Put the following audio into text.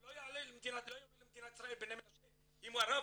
לא יעלה למדינת ישראל בן מנשה אם הרב